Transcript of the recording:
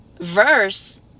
verse